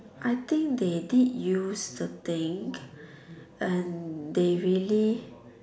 I think they did use the thing and they really